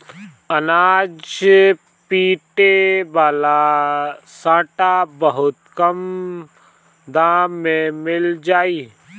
अनाज पीटे वाला सांटा बहुत कम दाम में मिल जाई